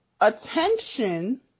attention